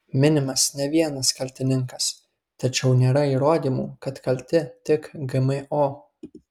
minimas ne vienas kaltininkas tačiau nėra įrodymų kad kalti tik gmo